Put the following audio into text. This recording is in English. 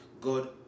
good